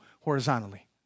horizontally